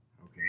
Okay